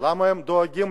למה הם לא דואגים